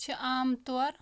چھِ عام طور